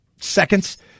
seconds